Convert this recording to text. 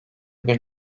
bir